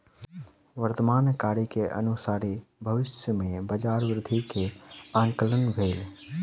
वर्तमान कार्य के अनुसारे भविष्य में बजार वृद्धि के आंकलन भेल